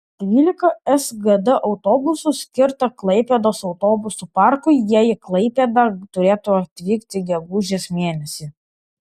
dvylika sgd autobusų skirta klaipėdos autobusų parkui jie į klaipėdą turėtų atvykti gegužės mėnesį